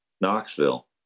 Knoxville